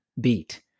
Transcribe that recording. beat